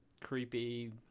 creepy